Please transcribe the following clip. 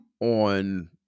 on